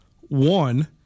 One